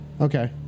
Okay